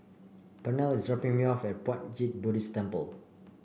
pernell is dropping me off at Puat Jit Buddhist Temple